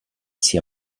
sia